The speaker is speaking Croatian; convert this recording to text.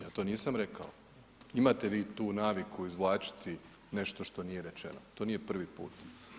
Ja to nisam rekao, imate vi tu naviku izvlačiti nešto što nije rečeno, to nije prvi put.